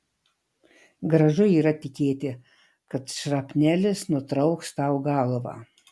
gražu yra tikėti kad šrapnelis nutrauks tau galvą